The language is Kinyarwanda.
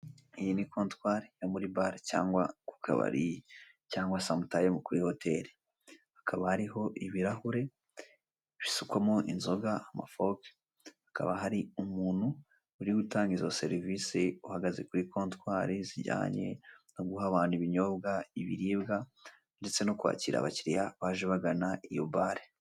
Iyi ni kotwari yo muri bare cyangwa ku kabari cyangwa samutayimu kuri hoteri, hakaba hariho ibirahure bisukwamo inzoga amafope, hakaba hari umuntu urigutanga izo serivisi uhagaze kuri kotwari zijyanye no guha abantu ibinyobwa, ibiribwa ndetse no kwakira abakiriya baje bagana iyo bare.